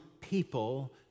people